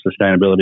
sustainability